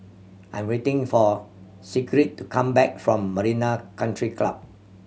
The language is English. I am waiting for Sigrid to come back from Marina Country Club